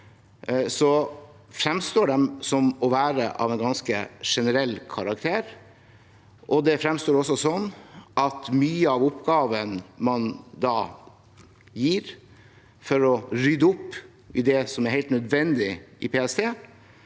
fremstår de som å være av en ganske generell karakter. Det fremstår også sånn at mye av oppgaven man da gir for å rydde opp i det som er helt nødvendig i PST,